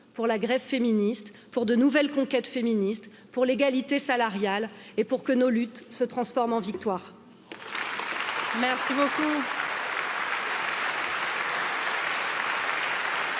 pour la grève féministe, pour de nouvelles conquêtes féministes, pour l'égalité salariale et pour que nos luttes se transforment en victoire,